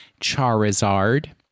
Charizard